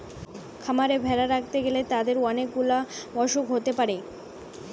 খামারে ভেড়া রাখতে গ্যালে তাদের অনেক গুলা অসুখ হতে পারে